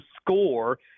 score